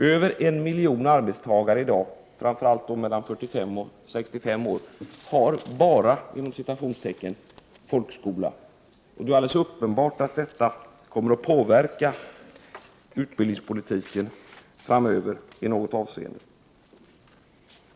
Över en miljon arbetstagare, framför allt personer mellan 45 och 65 år, har ”bara” folkskola, och det är alldeles uppenbart att detta kommer att påverka utbildningspolitiken framöver i något avseende.